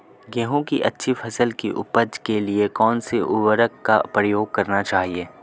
गेहूँ की अच्छी फसल की उपज के लिए कौनसी उर्वरक का प्रयोग करना चाहिए?